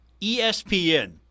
ESPN